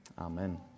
Amen